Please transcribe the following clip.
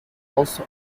also